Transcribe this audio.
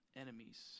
enemies